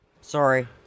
Sorry